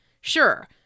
Sure